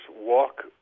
walk